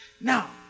Now